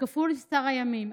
כפול מספר הימים.